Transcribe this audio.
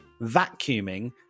vacuuming